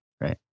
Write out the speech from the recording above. right